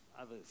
others